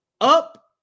up